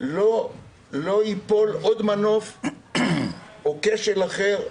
לא יגרמו לזה שייפול עוד מנוף או שיהיה כשל אחר,